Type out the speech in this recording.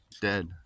dead